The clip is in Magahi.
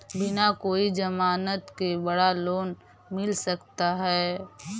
बिना कोई जमानत के बड़ा लोन मिल सकता है?